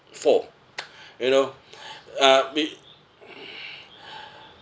for you know uh be